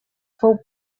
fou